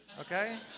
Okay